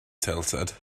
tilted